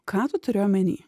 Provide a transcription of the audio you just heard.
ką tu turi omeny